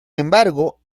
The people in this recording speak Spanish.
embargo